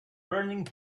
burning